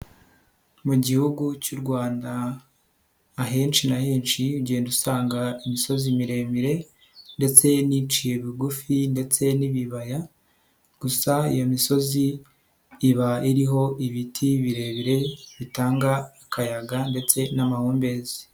Mu gihugu cy'u Rwanda ahenshi na henshi ugenda usanga imisozi miremire ndetse y'iciye bugufi ndetse n'ibibaya, gusa iyo misozi iba iriho ibiti birebire bitanga akayaga ndetse n'amahumbezi.